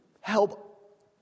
help